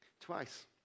Twice